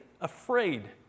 afraid